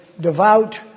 devout